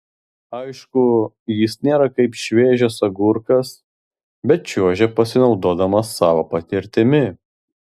aišku jis nėra kaip šviežias agurkas bet čiuožia pasinaudodamas savo patirtimi